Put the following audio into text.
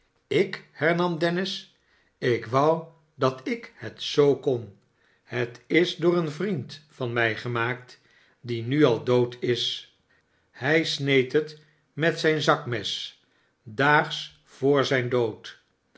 ik hernam dennis ik wou dat ik het zoo kon het is door een vriend van mij gemaakt die nu al dood is hij sneed het met zijn zakmes daags vr zijn dood